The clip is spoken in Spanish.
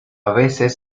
veces